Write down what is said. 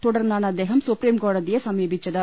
തുടർന്നാണ് അദ്ദേഹം സുപ്രീംകോടതിയെ സമീപിച്ചത്